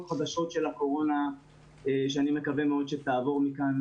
ואני בטוח שעוד חברי כנסת